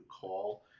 call